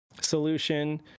solution